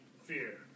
fear